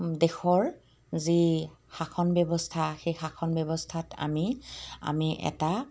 দেশৰ যি শাসন ব্যৱস্থা সেই শাসন ব্যৱস্থাত আমি আমি এটা